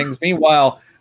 Meanwhile